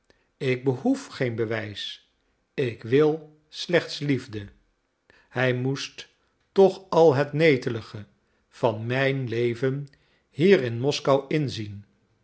ik behoef geen bewijs ik wil slechts liefde hij moest toch al het netelige van mijn leven hier in moskou inzien